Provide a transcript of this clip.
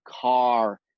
car